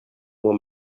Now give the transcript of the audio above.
moi